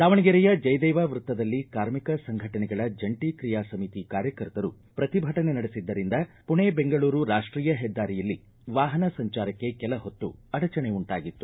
ದಾವಣಗೆರೆಯ ಜಯದೇವ ವೃತ್ತದಲ್ಲಿ ಕಾರ್ಮಿಕ ಸಂಘಟನೆಗಳ ಜಂಟಿ ತ್ರಿಯಾ ಸಮಿತಿ ಕಾರ್ಯಕರ್ತರು ಪ್ರತಿಭಟನೆ ನಡೆಸಿದರಿಂದ ಪೂನಾ ಬೆಂಗಳೂರು ರಾಷ್ಟೀಯ ಹೆದ್ದಾರಿಯಲ್ಲಿ ವಾಹನ ಸಂಚಾರಕ್ಕೆ ಕೆಲಹೊತ್ತು ಅಡಚಣೆ ಉಂಟಾಗಿತ್ತು